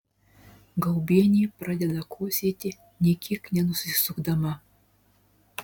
gaubienė pradeda kosėti nė kiek nenusisukdama